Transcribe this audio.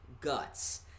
guts